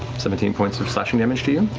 seventeen points of slashing damage to you.